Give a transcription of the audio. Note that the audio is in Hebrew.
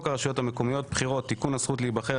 הרשויות המקומיות (בחירות) (תיקון הזכות להיבחר),